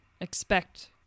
expect